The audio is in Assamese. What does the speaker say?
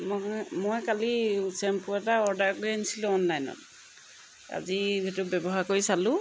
মই মই কালি শ্বেম্পু এটা অৰ্ডাৰ কৰি আনিছিলোঁ অনলাইনত আজি সেইটো ব্যৱহাৰ কৰি চালোঁ